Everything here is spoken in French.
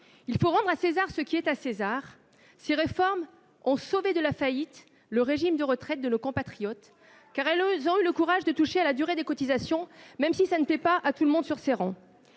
Il faut rendre à César ce qui est à César ! Ces réformes ont sauvé de la faillite le régime de retraite de nos compatriotes, car elles ont eu le courage de toucher à la durée de cotisation, même si cela ne plaît pas à tout le monde dans